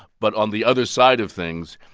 but on the other side of things,